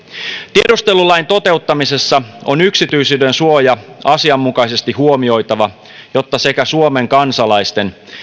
tiedustelulain toteuttamisessa on yksityisyydensuoja asianmukaisesti huomioitava jotta sekä suomen kansalaisten